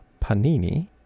Panini